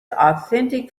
authentic